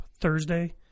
Thursday